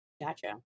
Gotcha